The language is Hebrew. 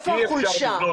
אי אפשר לבנות עיר,